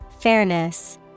Fairness